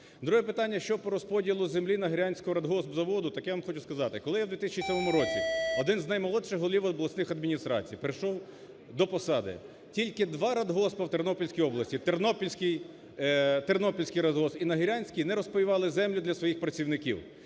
Друге питання, що по розподілу землі Нагірянського радгосп-заводу. Так я вам хочу сказати, коли я в 2007 році один з наймолодших голів обласних адміністрацій прийшов до посади, тільки два радгоспи в Тернопільській області: Тернопільський радгосп і Нагірянський не розпаювали землю для своїх працівників.